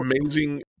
amazing